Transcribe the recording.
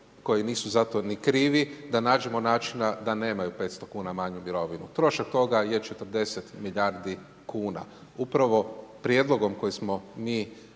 koji nisu za to ni krivi, da nađemo načina da nemaju 500 kuna manju mirovinu. Trošak toga je 40 milijardi kuna. Upravo prijedlogom koji smo mi